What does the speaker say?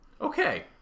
okay